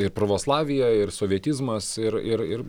ir provoslavija ir sovietizmas ir ir ir